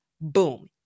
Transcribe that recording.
Boom